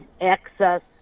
access